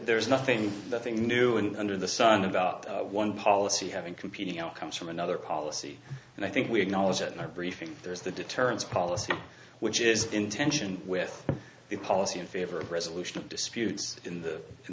there's nothing nothing new in under the sun about one policy having competing outcomes from another policy and i think we acknowledge that in our briefing there's the deterrence policy which is in tension with the policy in favor of resolution of disputes in the in